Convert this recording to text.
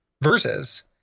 verses